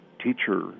teacher